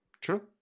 True